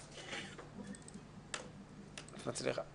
בשמחה.